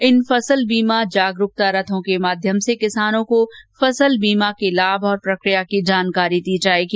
इन फसल बीमा जागरूकता रथों के माध्यम से किसानों को फसल बीमा के लाम और प्रक्रिया की जानकारी मिलेगी